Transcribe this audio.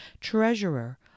treasurer